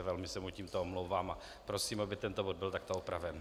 Velmi se mu tímto omlouvám a prosím, aby tento bod byl takto opraven.